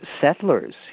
settlers